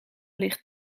ligt